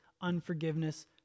unforgiveness